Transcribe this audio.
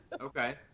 Okay